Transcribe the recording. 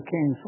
King